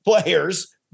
players